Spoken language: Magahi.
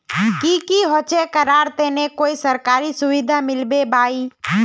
की होचे करार तने कोई सरकारी सुविधा मिलबे बाई?